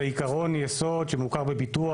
זה עיקרון יסוד שמוכר בביטוח.